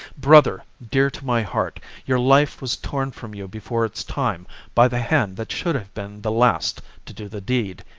brother, dear to my heart, your life was torn from you before its time by the hand that should have been the last to do the deed,